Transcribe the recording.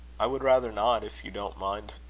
i would rather not, if you don't mind,